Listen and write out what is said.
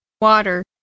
Water